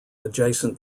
adjacent